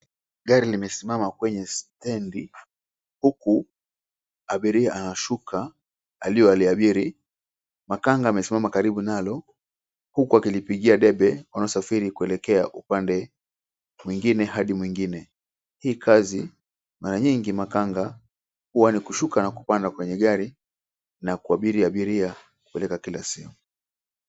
Gari limesimama kwenye stendi huku abiria anashuka aliyoliabiri, makanga amesimama karibu nalo huku akilipigia debe wanaosafiri kuelekea upande mwingine hadi mwingine. Hii kazi mara nyingi makanga huwa ni kushuka na kupanda kwenye gari na kuabiri abiria kupeleka kila sehemu.